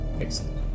Excellent